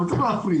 אבל צריך להפריד.